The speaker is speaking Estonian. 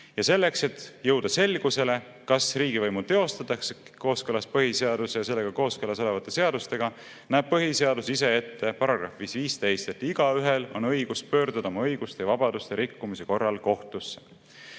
selleks, et jõuda selgusele, kas riigivõimu teostatakse kooskõlas põhiseaduse ja sellega kooskõlas olevate seadustega, näeb põhiseadus ise §‑s 15 ette, et igaühel on õigus pöörduda oma õiguste ja vabaduste rikkumise korral kohtusse. Teie